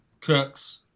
Cooks